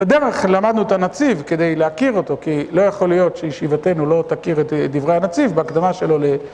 בדרך למדנו את הנציב כדי להכיר אותו, כי לא יכול להיות שישיבתנו לא תכיר את דברי הנציב בהקדמה שלו.